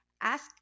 ask